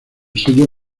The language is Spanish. sello